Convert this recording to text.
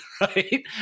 right